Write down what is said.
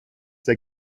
der